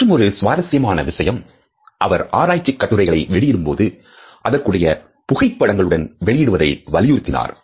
மற்றுமொரு சுவாரஸ்யமான விஷயம் அவர் ஆராய்ச்சி கட்டுரைகளை வெளியிடும்போது அதற்குரிய புகைப்படங்களுடன் வெளியிடுவதை வலியுறுத்தினார்